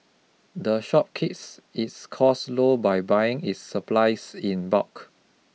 the shop keeps its costs low by buying its supplies in bulk